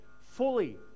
fully